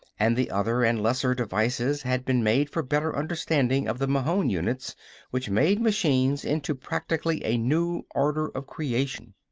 and the other and lesser devices had been made for better understanding of the mahon units which made machines into practically a new order of creation.